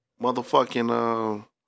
motherfucking